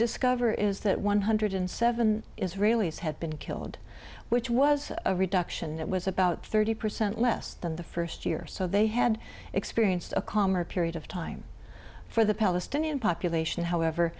discover is that one hundred seven israelis have been killed which was a reduction it was about thirty percent less than the first year so they had experienced a calmer period of time for the palestinian population however